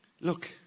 look